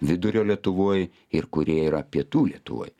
vidurio lietuvoj ir kurie yra pietų lietuvoj